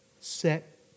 set